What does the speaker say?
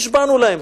נשבענו להם.